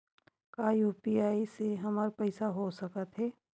का यू.पी.आई से हमर पईसा हो सकत हे?